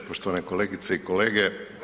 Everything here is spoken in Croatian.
Poštovane kolegice i kolege.